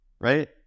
Right